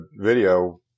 Video